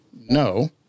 no